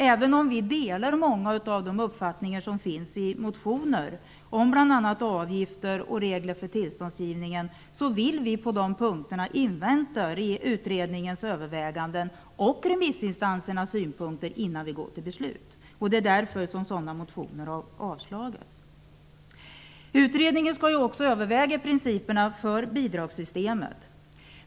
Även om vi delar många av de uppfattningar som finns i motioner om bl.a. avgifter och regler för tillståndsgivningen, vill vi på dessa punkter invänta utredningens överväganden och remissinstansernas synpunkter innan vi går till beslut. Det är därför som dessa motioner har avstyrkts. Utredningen skall ju också överväga principerna för bidragssystemet.